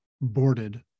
boarded